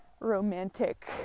romantic